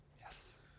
yes